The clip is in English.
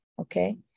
okay